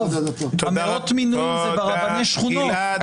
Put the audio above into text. מאות מינויים זה ברבני שכונות.